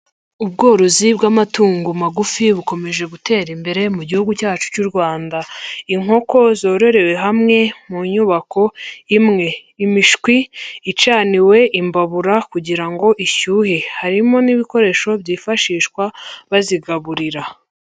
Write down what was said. Ubworozi bw'amatungo magufi bukomeje gutera imbere mu gihugu cyacu cy'u Rwanda. Inkoko zororewe hamwe mu nyubako imwe. Imishwi icaniwe imbabura kugira ngo ishyuhe. Harimo n'ibikoresho byifashishwa bazigaburira.